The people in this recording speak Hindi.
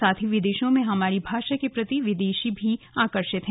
साथ ही विदेशों में हमारी भाषा के प्रति विदेशी भी आकर्षित हैं